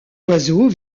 oiseau